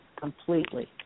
completely